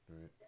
right